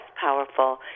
powerful